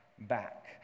back